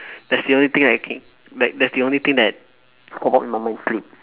that's the only thing I can like that's the only thing that pop up in my mind sleep